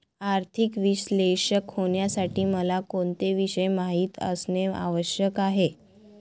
आर्थिक विश्लेषक होण्यासाठी मला कोणते विषय माहित असणे आवश्यक आहे?